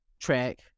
Track